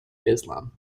islam